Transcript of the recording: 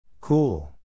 Cool